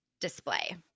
display